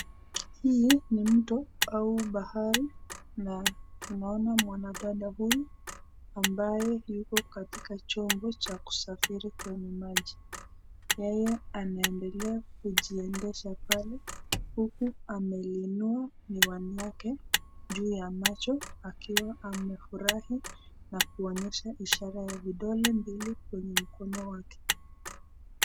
Hii ni mto au bahari na tunaona mwanadada huyu ambaye yumo katika chombo cha kusafiri kwenye maji. Yeye anaendelea kujiendesha pale huku amevalia miwani yake juu ya macho akiwa amefurahi na kuonyesha ishara ya vidole mbili kwenye mkono wake.